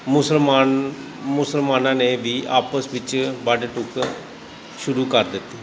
ਮੁਸਲਮਾਨ ਮੁਸਲਮਾਨਾਂ ਨੇ ਵੀ ਆਪਸ ਵਿੱਚ ਵੱਢ ਟੁੱਕ ਸ਼ੁਰੂ ਕਰ ਦਿੱਤੀ